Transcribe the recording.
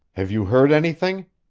have you heard anything?